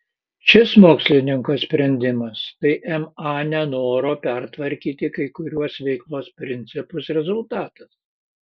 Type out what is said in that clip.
šis mokslininko sprendimas tai ma nenoro pertvarkyti kai kuriuos veiklos principus rezultatas